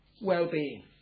well-being